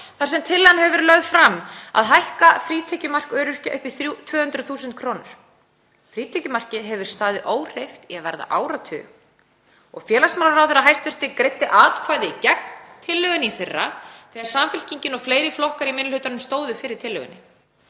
þar sem tillagan hefur verið lögð fram, að hækka frítekjumark öryrkja upp í 200.000 kr. Frítekjumarkið hefur staðið óhreyft í að verða áratug og hæstv. félagsmálaráðherra greiddi atkvæði gegn tillögunni í fyrra þegar Samfylkingin og fleiri flokkar í minni hlutanum stóðu fyrir tillögunni.